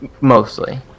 mostly